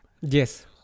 Yes